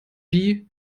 bee